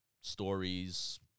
stories